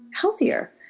healthier